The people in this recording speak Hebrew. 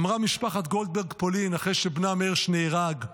אמרה משפחת גולדברג-פולין אחרי שבנם הרש נהרג: